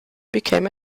became